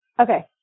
Okay